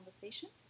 conversations